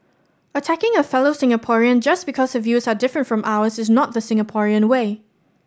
attacking a fellow Singaporean just because her views are different from ours is not the Singaporean way